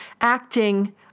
Acting